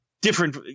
Different